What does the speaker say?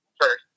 First